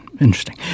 interesting